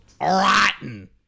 rotten